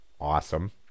awesome